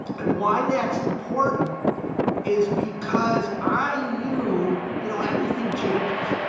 and why that's important is because i knew, you know, everything changes,